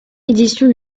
édition